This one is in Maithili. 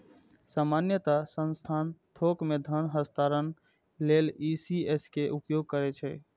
सामान्यतः संस्थान थोक मे धन हस्तांतरण लेल ई.सी.एस के उपयोग करै छै